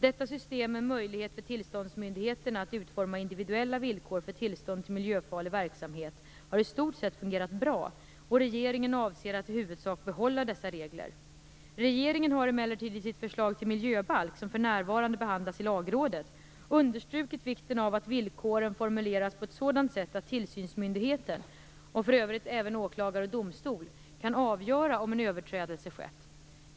Detta system med möjlighet för tillståndsmyndigheterna att utforma individuella villkor för tillstånd till miljöfarlig verksamhet har i stort sett fungerat bra, och regeringen avser att i huvudsak behålla dessa regler. Regeringen har emellertid i sitt förslag till miljöbalk, som för närvarande behandlas i Lagrådet, understrukit vikten av att villkoren formuleras på ett sådant sätt att tillsynsmyndigheten, och för övrigt även åklagare och domstol, kan avgöra om en överträdelse skett.